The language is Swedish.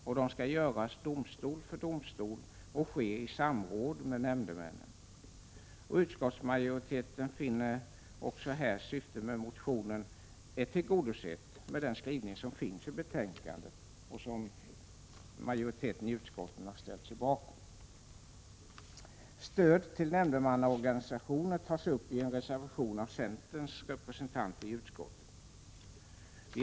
Och de skall göras domstol för domstol och ske i samråd med nämndemännen. Utskottsmajoriteten finner även här att syftet med motionen är tillgodosett med den skrivning som finns i betänkandet och som utskottsmajoriteten har ställt sig bakom. Stöd till nämndemannaorganisationer tas upp i en reservation av centerns representanter i utskottet.